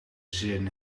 zin